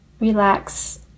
Relax